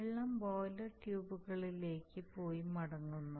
വെള്ളം ബോയിലർ ട്യൂബുകളിലേക്ക് പോയി മടങ്ങുന്നു